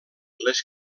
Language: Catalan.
les